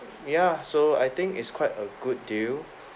ya so I think is quite a good deal